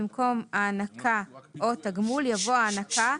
במקום "הענקה או תגמול" יבוא "הענקה,